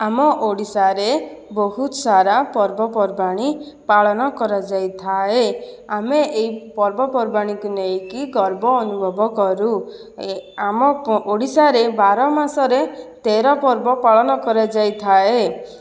ଆମ ଓଡ଼ିଶାରେ ବହୁତ ସାରା ପର୍ବ ପର୍ବାଣି ପାଳନ କରାଯାଇଥାଏ ଆମେ ଏଇ ପର୍ବ ପର୍ବାଣିକୁ ନେଇକି ଗର୍ବ ଅନୁଭବ କରୁ ଏ ଆମ ଓଡ଼ିଶାରେ ବାର ମାସରେ ତେର ପର୍ବ ପାଳନ କରାଯାଇଥାଏ